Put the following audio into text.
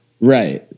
Right